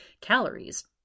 calories